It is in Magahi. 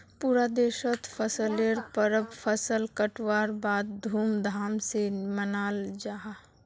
पूरा देशोत फसलेर परब फसल कटवार बाद धूम धाम से मनाल जाहा